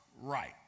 right